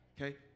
Okay